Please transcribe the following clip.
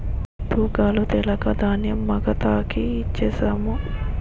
తూకాలు తెలక ధాన్యం మగతాకి ఇచ్ఛేససము